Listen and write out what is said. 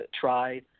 try